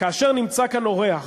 כאשר נמצא כאן אורח